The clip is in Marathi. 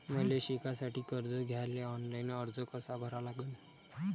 मले शिकासाठी कर्ज घ्याले ऑनलाईन अर्ज कसा भरा लागन?